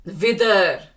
Wither